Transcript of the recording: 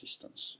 assistance